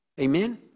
Amen